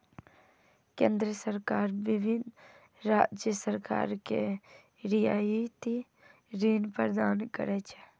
केंद्र सरकार विभिन्न राज्य सरकार कें रियायती ऋण प्रदान करै छै